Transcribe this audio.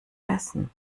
essen